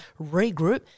regroup